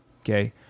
Okay